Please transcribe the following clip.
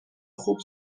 خوب